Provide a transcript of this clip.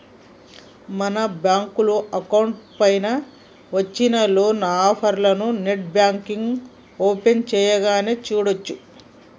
మన bank account పైన వచ్చిన లోన్ ఆఫర్లను నెట్ బ్యాంకింగ్ ఓపెన్ చేయగానే చూడచ్చు